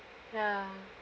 ya